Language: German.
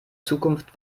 zukunft